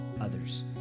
others